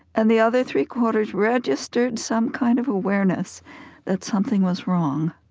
and the other three-quarters registered some kind of awareness that something was wrong